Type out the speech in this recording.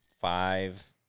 five